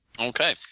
Okay